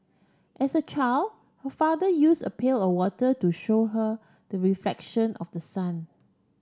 as a child her father use a pail of water to show her the reflection of the sun